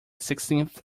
sixteenth